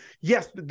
Yes